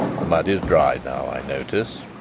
the mud is dry now, i notice.